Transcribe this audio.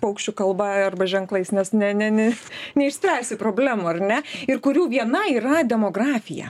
paukščių kalba arba ženklais nes ne ne ne neišspręsi problemų ar ne ir kurių viena yra demografija